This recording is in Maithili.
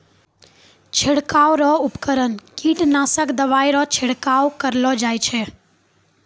छिड़काव रो उपकरण कीटनासक दवाइ रो छिड़काव करलो जाय छै